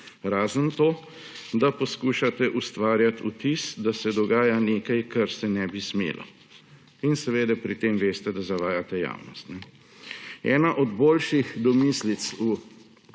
Razen tega, da poskušate ustvarjati vtis, da se dogaja nekaj, kar se ne bi smelo, in seveda pri tem veste, da zavajate javnost. Ena od boljših domislic v tem